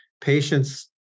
patients